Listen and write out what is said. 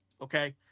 Okay